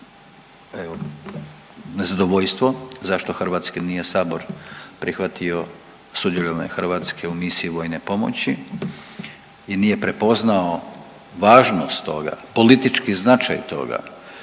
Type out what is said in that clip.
nezadovoljstvo zašto Hrvatski nije sabor prihvatio sudjelovanje Hrvatske u misiji vojne pomoći i nije prepoznao važnost toga, politički značaj toga